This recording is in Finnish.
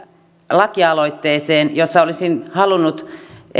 lakialoitteeseen jossa olisin halunnut